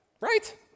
right